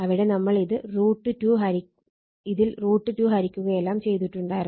അവിടെ നമ്മൾ ഇതിൽ √ 2 ഹരിക്കുകയെല്ലാം ചെയ്തിട്ടുണ്ടായിരുന്നു